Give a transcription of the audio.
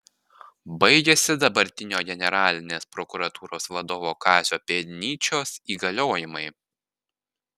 baigiasi dabartinio generalinės prokuratūros vadovo kazio pėdnyčios įgaliojimai